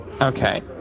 Okay